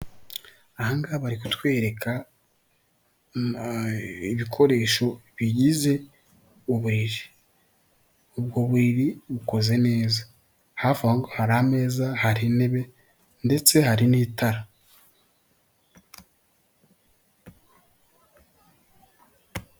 Ahangaha bari kutwereka ibikoresho bigize uburiri ubwo buriri bukoze neza hafi aho hari ameza, hari intebe ndetse hari n'itara.